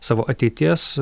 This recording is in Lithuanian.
savo ateities